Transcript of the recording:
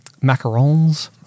macarons